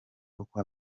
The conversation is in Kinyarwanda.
uko